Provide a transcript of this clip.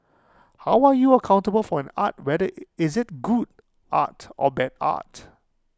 how are you accountable for an art whether is IT good art or bad art